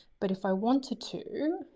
but if i wanted to